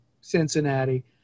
cincinnati